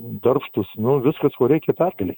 darbštūs nu viskas ko reikia pergalei